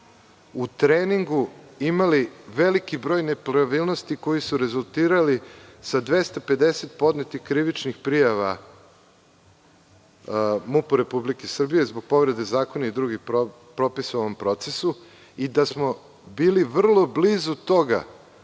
u treningu imali veliki broj nepravilnosti koji su rezultirali sa 250 podnetih krivičnih prijava MUP-u Republike Srbije zbog povrede zakona i drugih propisa u ovom procesu i da smo bili vrlo blizu toga